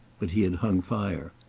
but he had hung fire.